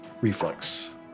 reflex